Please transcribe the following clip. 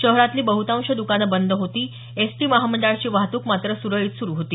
शहरातली बहुतांश दुकानं बंद होती एसटी महामंडळाची वाहतूक मात्र सुरळीत सुरु होती